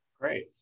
Great